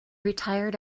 retired